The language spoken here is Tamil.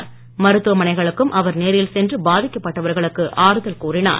பகுதிக்கு மருத்துவமனைகளுக்கும் அவர் நேரில் சென்று பாதிக்கப்பட்டவர்களுக்கு ஆறுதல் கூறினார்